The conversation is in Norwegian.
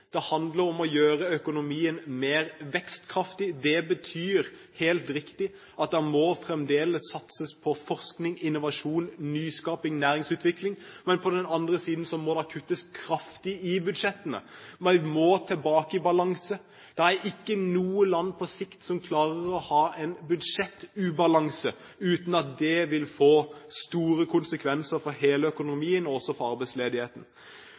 Det handler om å gjøre økonomien mer vekstkraftig. Det betyr, helt riktig, at det fremdeles må satses på forskning, innovasjon, nyskaping og næringsutvikling, men på den andre siden må det kuttes kraftig i budsjettene. Man må tilbake i balanse. Det er på sikt ikke noe land som klarer å ha en budsjettubalanse uten at det vil få store konsekvenser for hele økonomien og for arbeidsledigheten.